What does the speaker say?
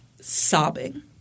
sobbing